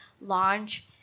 launch